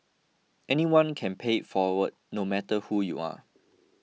anyone can pay it forward no matter who you are